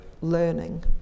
learning